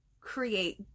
create